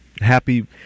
Happy